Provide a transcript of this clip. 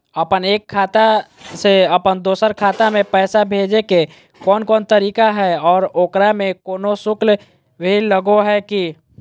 अपन एक खाता से अपन दोसर खाता में पैसा भेजे के कौन कौन तरीका है और ओकरा में कोनो शुक्ल भी लगो है की?